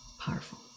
powerful